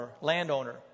landowner